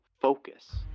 focus